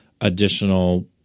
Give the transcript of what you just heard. additional